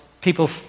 people